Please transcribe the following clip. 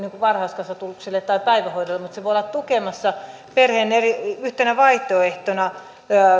varhaiskasvatukselle tai päivähoidolle mutta se voi olla tukemassa yhtenä vaihtoehtona